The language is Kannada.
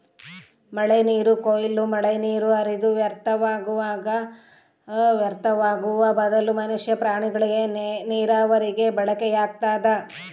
ಮಳೆನೀರು ಕೊಯ್ಲು ಮಳೆನೀರು ಹರಿದು ವ್ಯರ್ಥವಾಗುವ ಬದಲು ಮನುಷ್ಯ ಪ್ರಾಣಿಗಳಿಗೆ ನೀರಾವರಿಗೆ ಬಳಕೆಯಾಗ್ತದ